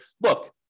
look